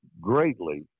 greatly